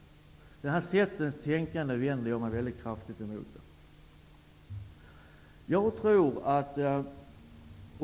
Den sortens tänkande vänder jag mig mycket kraftigt emot.